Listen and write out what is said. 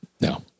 no